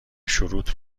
شروط